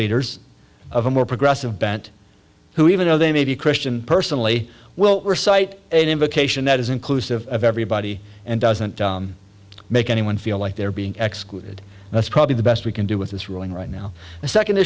leaders of a more progressive bent who even though they may be christian personally well we're cite an invocation that is inclusive of everybody and doesn't make anyone feel like they're being excluded that's probably the best we can do with this ruling right now the second